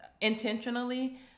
intentionally